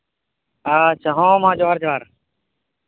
ᱟᱪᱪᱷᱟ ᱟᱪᱪᱷᱟ ᱦᱚᱸ ᱢᱟ ᱡᱚᱸᱦᱟᱨ ᱡᱚᱸᱦᱟᱨ